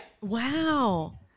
wow